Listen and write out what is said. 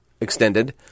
extended